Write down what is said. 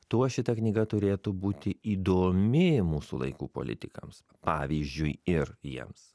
tuo šita knyga turėtų būti įdomi mūsų laikų politikams pavyzdžiui ir jiems